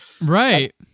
right